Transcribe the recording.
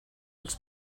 els